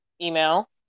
email